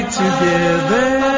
together